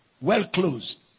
well-closed